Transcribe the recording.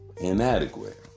inadequate